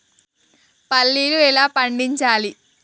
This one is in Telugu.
పల్లీలు ఎలా పండించాలి?